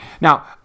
now